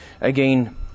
again